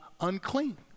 unclean